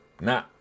Nah